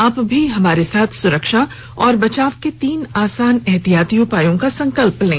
आप भी हमारे साथ सुरक्षा और बचाव के तीन आसान एहतियाती उपायों का संकल्प लें